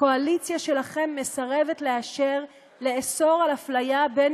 הקואליציה שלכם מסרבת לאשר לאסור אפליה בין